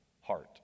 heart